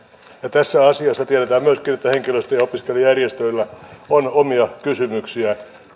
ja tiedetään myöskin että tässä asiassa henkilöstö ja opiskelijajärjestöillä on omia kysymyksiä